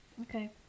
Okay